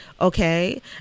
okay